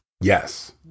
yes